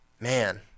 man